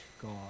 God